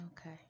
Okay